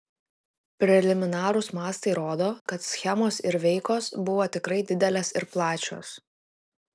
preliminarūs mastai rodo kad schemos ir veikos buvo tikrai didelės ir plačios